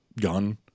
gun